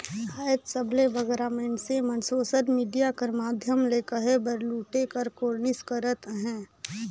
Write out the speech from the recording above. आएज सबले बगरा मइनसे मन सोसल मिडिया कर माध्यम ले कहे बर लूटे कर कोरनिस करत अहें